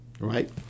right